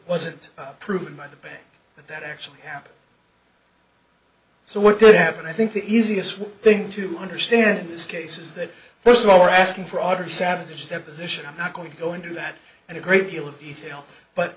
wasn't approved by the bank that actually happened so what could happen i think the easiest thing to understand this case is that first of all we're asking for auditor savage deposition i'm not going to go into that and a great deal of detail